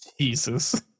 Jesus